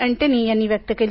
Antony यांनी व्यक्त केली